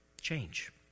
change